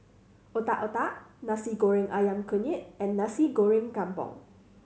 Otak Otak Nasi Goreng Ayam Kunyit and Nasi Goreng Kampung